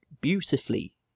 beautifully